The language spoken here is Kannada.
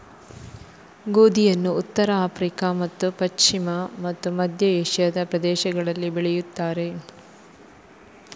ಗೋಧಿಯನ್ನು ಉತ್ತರ ಆಫ್ರಿಕಾ ಮತ್ತು ಪಶ್ಚಿಮ ಮತ್ತು ಮಧ್ಯ ಏಷ್ಯಾದ ಪ್ರದೇಶಗಳಲ್ಲಿ ಬೆಳೆಯುತ್ತಾರೆ